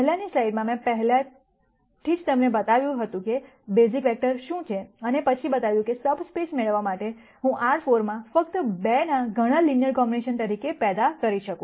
પહેલાની સ્લાઈડમાં મેં પહેલેથી જ તમને બતાવ્યું હતું કે બેઝિક વેક્ટર શું છે અને પછી બતાવ્યું કે સબસ્પેસ મેળવવા માટે હું R4 માં ફક્ત 2 ના ઘણા લિનયર કોમ્બિનેશન કેવી રીતે પેદા કરી શકું